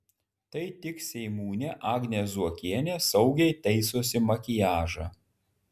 tai tik seimūnė agnė zuokienė saugiai taisosi makiažą